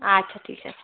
আচ্ছা ঠিক আছে